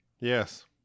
Yes